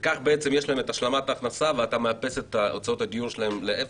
וכך יש להם את השלמת ההכנסה ואתה מאפס את הוצאות הדיור שלהם לאפס.